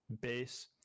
base